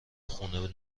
خونه